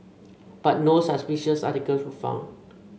but no suspicious articles were found